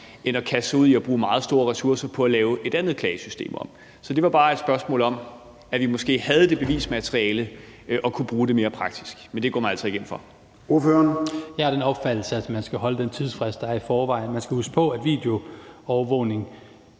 end at kaste sig ud i at bruge meget store ressourcer på at lave et andet klagesystem om. Så det var bare et spørgsmål om, at vi måske havde det bevismateriale og kunne bruge det mere praktisk – men det går man altså ikke ind for?